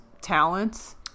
talents